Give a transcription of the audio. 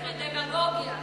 ואתה משתמש בדמגוגיה.